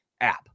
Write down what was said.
app